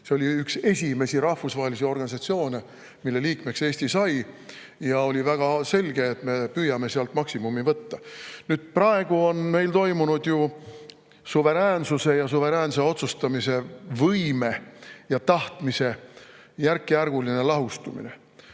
See oli üks esimesi rahvusvahelisi organisatsioone, mille liikmeks Eesti sai. Oli väga selge, et me püüame sealt maksimumi võtta. Praegu on meil toimunud ju suveräänsuse ja suveräänse otsustamise võime ja tahtmise järkjärguline lahustumine.